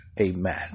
Amen